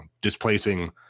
displacing